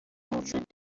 وجود